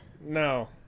No